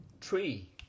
tree